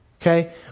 Okay